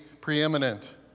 preeminent